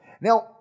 Now